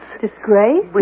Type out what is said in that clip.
Disgrace